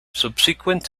subsequent